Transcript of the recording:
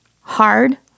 hard